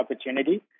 opportunity